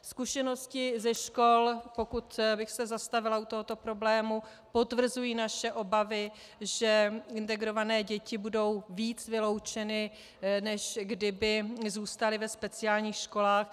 Zkušenosti ze škol, pokud bych se zastavila u tohoto problému, potvrzují naše obavy, že integrované děti budou víc vyloučeny, než kdyby zůstaly ve speciálních školách.